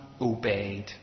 obeyed